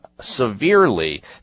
severely